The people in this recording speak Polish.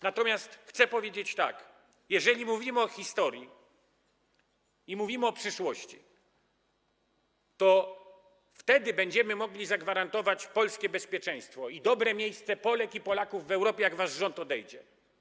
Natomiast chcę powiedzieć tak: jeżeli mówimy o historii i mówimy o przyszłości, to wtedy będziemy mogli zagwarantować polskie bezpieczeństwo i dobre miejsce Polek i Polaków w Europie, jak wasz rząd odejdzie.